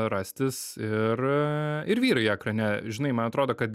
rastis ir ir vyrai ekrane žinai man atrodo kad